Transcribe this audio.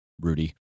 Rudy